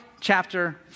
chapter